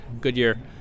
Goodyear